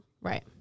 Right